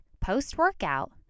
post-workout